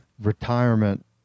retirement